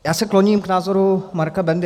Já se kloním k názoru Marka Bendy.